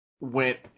went